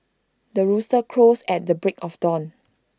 the rooster crows at the break of dawn